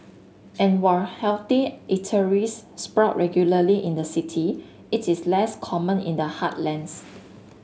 and while healthy eateries sprout regularly in the city it is less common in the heartlands